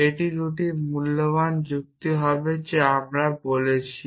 এটি 2 মূল্যবান যুক্তি হবে যা আমরা বলছি